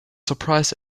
surprised